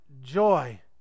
joy